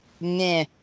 nah